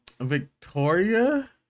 victoria